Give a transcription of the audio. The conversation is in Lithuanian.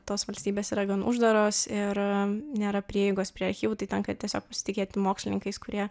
tos valstybės yra gan uždaros ir nėra prieigos prie archyvų tai tenka tiesiog pasitikėti mokslininkais kurie